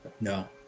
No